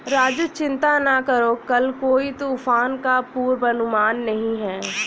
राजू चिंता ना करो कल कोई तूफान का पूर्वानुमान नहीं है